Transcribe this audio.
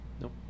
nope